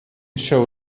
show